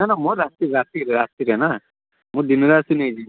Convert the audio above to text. ନା ନା ମୋର ରାତି ରାତି ରାତିରେ ନା ମୁଁ ଦିନରେ ଆସି ନେଇଯିବି